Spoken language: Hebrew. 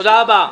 תודה רבה.